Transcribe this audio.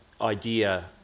idea